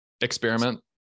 experiment